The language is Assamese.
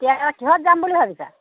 তেতিয়াহ'লে কিহত যাম বুলি ভাবিছা